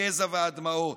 הגזע והדמעות,